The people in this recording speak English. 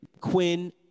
Quinn